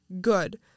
good